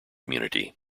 community